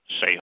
Say